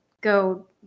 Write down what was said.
go